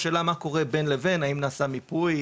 והשאלה מה קורה בין לבין האם נעשה מיפוי,